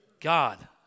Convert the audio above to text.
God